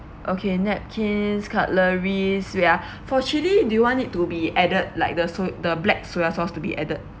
okay napkins cutleries wait ah for chili do you want it to be added like the so~ the black soya sauce to be added